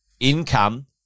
income